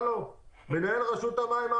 את עבדת עם מנהל רשות המים,